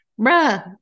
bruh